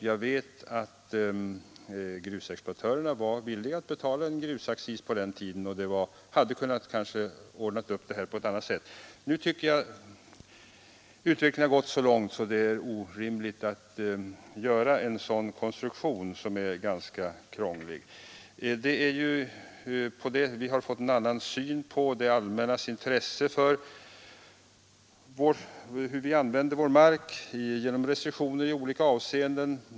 Jag vet att grusexploatörerna på den tiden var villiga att betala en grusaccis, och då hade det kanske också gått att ordna upp dessa frågor. Nu har utvecklingen gått så långt att jag tycker det är orimligt med en sådan konstruktion som är ganska krånglig. Vi har nu fått en annan syn på det allmännas intresse för hur vi använder vår mark, och vi har infört restriktioner i olika avseenden.